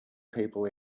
people